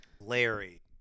Larry